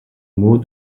maux